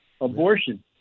Abortion